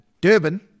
Durban